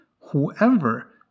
whoever